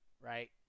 right